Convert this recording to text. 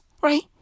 right